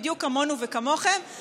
בדיוק כמוני וכמוכם,